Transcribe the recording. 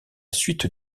suite